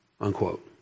unquote